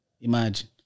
Imagine